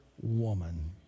woman